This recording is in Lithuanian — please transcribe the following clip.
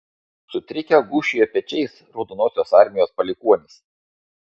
sutrikę gūžčiojo pečiais raudonosios armijos palikuonys